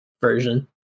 version